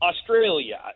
Australia